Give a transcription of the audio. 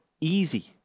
easy